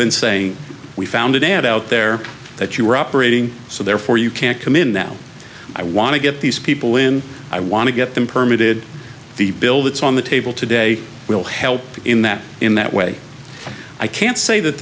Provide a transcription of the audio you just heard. than saying we found it out there that you were operating so therefore you can't come in that i want to get these people in i want to get them permuted the bill that's on the table today will help in that in that way i can't say that